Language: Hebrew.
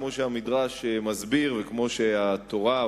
כמו שהמדרש מסביר וכמו שהתורה,